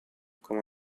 come